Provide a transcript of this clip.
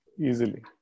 easily